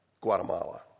Guatemala